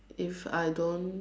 if I don't